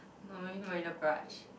normally wear the brush